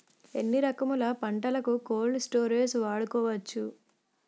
ఎన్ని రకములు పంటలకు కోల్డ్ స్టోరేజ్ వాడుకోవచ్చు?